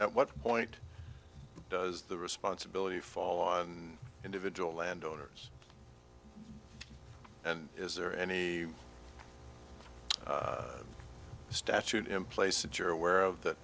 at what point does the responsibility fall on individual land owners and is there any statute in place a jury aware of th